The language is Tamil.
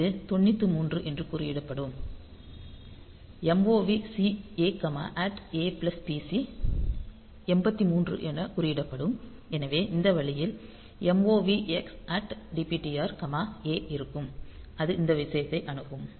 இது 93 என குறியிடப்படும் MOVC A A PC 83 என குறியிடப்படும் எனவே இந்த வழியில் MOVX DPTR A இருக்கும் இது இந்த விஷயத்தை அணுகும்